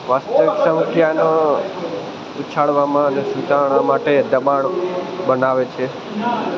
વાસ્તવિક સંખ્યાનો ઉછાળવામાં અને સીધાણ માટે દબાણ બનાવે છે